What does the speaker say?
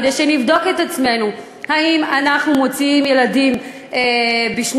כדי שנבדוק את עצמנו: האם אנחנו מוציאים ילדים בשנת